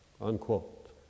unquote